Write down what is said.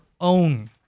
own